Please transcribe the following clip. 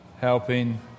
helping